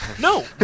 No